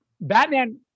Batman